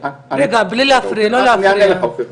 אני אענה לך, אופיר.